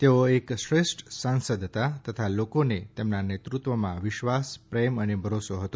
તેઓ એક શ્રેષ્ઠ સાંસદ હતા તથા લોકોને તેમના નેતૃત્વમાં વિશ્વાસ પ્રેમ અને ભરોસો હતો